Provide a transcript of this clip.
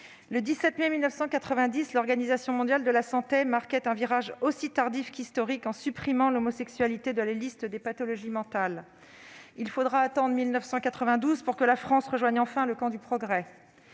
le 17 mai 1990, l'Organisation mondiale de la santé marquait un virage aussi tardif qu'historique en supprimant l'homosexualité de la liste des pathologies mentales. Il faudra attendre 1992 pour que la France rejoigne enfin le camp du progrès.